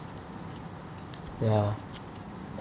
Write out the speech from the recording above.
ya